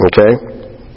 Okay